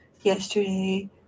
yesterday